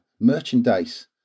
merchandise